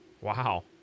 Wow